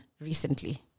recently